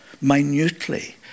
minutely